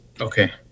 Okay